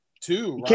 two